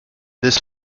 this